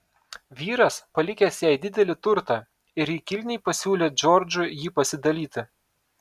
vyras palikęs jai didelį turtą ir ji kilniai pasiūlė džordžui jį pasidalyti